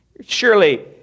Surely